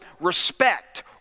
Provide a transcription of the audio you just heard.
respect